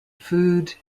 food